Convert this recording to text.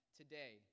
today